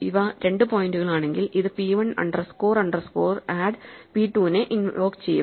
ഇവ രണ്ട് പോയിന്റുകളാണെങ്കിൽ ഇത് P 1 underscore underscore add P 2 നെ ഇൻവോക് ചെയ്യും